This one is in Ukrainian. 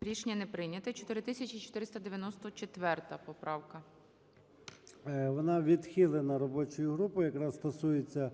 Рішення не прийнято. 4494 поправка. 13:36:29 ЧЕРНЕНКО О.М. Вона відхилена робочою групою. Якраз стосується,